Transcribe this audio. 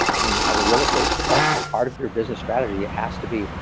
i mean, as a real estate professional, part of your business strategy has to be,